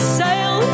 sail